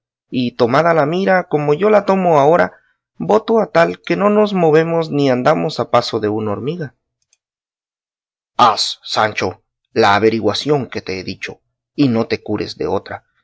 y tomada la mira como yo la tomo ahora voto a tal que no nos movemos ni andamos al paso de una hormiga haz sancho la averiguación que te he dicho y no te cures de otra